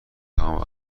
تمام